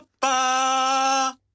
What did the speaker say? ba